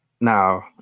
Now